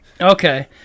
Okay